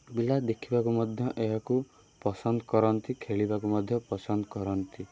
ପିଲା ଦେଖିବାକୁ ମଧ୍ୟ ଏହାକୁ ପସନ୍ଦ କରନ୍ତି ଖେଳିବାକୁ ମଧ୍ୟ ପସନ୍ଦ କରନ୍ତି